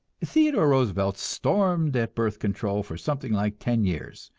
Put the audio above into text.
theodore roosevelt stormed at birth control for something like ten years,